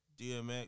DMX